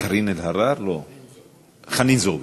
קארין אלהרר, לא, חנין זועבי.